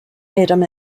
adam